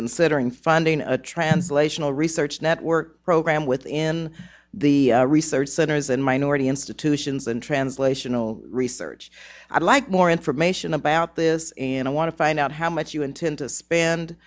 considering funding a translational research network program within the research centers and minority institutions and translational research i'd like more information about this and i want to find out how much you intend to spend